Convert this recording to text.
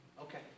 Okay